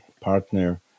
partner